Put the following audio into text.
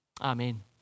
Amen